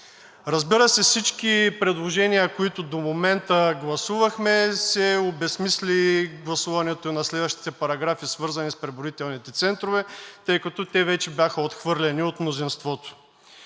Разбира се, с всички предложения, които до момента гласувахме, се обезсмисли гласуването на следващите параграфи, свързани с преброителните центрове, тъй като те вече бяха отхвърлени от мнозинството.